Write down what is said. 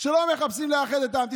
את